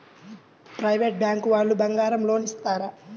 Private bank వాళ్ళు బంగారం loan ఇస్తారా?